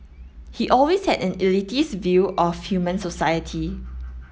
he always had an elitist view of human society